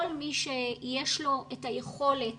כל מי שיש לו את היכולת